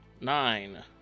Nine